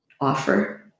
Offer